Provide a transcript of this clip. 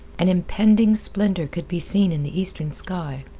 an impending splendor could be seen in the eastern sky.